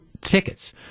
tickets